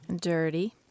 Dirty